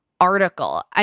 Article